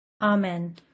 Amen